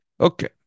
Okay